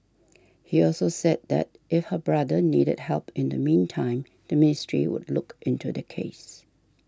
he also said that if her brother needed help in the meantime the ministry would look into the case